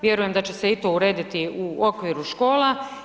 Vjerujem da će se i to urediti u okviru škola.